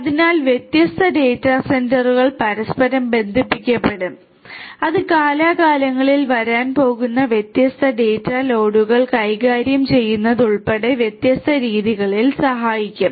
അതിനാൽ വ്യത്യസ്ത ഡാറ്റാ സെന്ററുകൾ പരസ്പരം ബന്ധിപ്പിക്കപ്പെടും അത് കാലാകാലങ്ങളിൽ വരാൻ പോകുന്ന വ്യത്യസ്ത ഡാറ്റാ ലോഡുകൾ കൈകാര്യം ചെയ്യുന്നതുൾപ്പെടെ വ്യത്യസ്ത രീതികളിൽ സഹായിക്കും